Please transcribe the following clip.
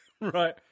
Right